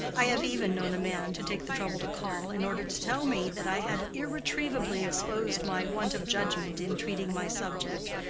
i have even known a man to take the trouble to call, in order to tell me that i had irretrievably exposed my want of judgment in treating my subject,